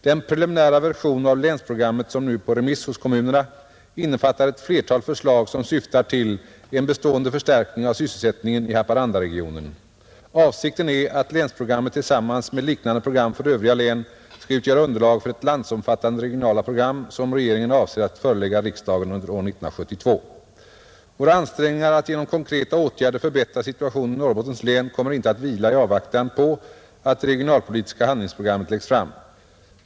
Den preliminära version av länsprogrammet, som nu är på remiss hos kommunerna, innefattar ett flertal förslag, som syftar till en bestående förstärkning av sysselsättningen i Haparandaregionen, Avsikten är att länsprogrammet tillsammans med liknande program från övriga län skall utgöra underlag för det landsomfattande regionala program som regeringen avser att förelägga riksdagen under år 1972. Våra ansträngningar att genom konkreta åtgärder förbättra situationen i Norrbottens län kommer inte att vila i avvaktan på att det regionalpolitiska handlingsprogrammet läggs fram.